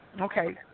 Okay